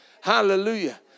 Hallelujah